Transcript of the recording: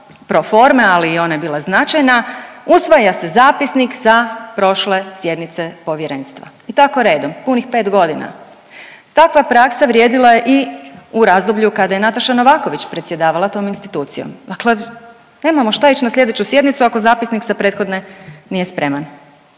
proforme, ali i ona je bila značajna, usvaja se zapisnik sa prošle sjednice Povjerenstva i tako redom punih 5.g.. Takva praksa vrijedila je i u razdoblju kada je Nataša Novaković predsjedavala tom institucijom, dakle nemamo šta ići na slijedeću sjednicu ako zapisnik sa prethodne nije spreman.